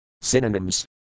Synonyms